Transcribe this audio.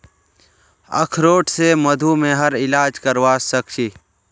अखरोट स मधुमेहर इलाज करवा सख छी